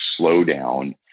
slowdown